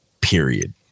period